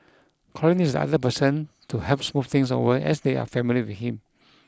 Colin is the ideal person to help smooth things over as they are family with him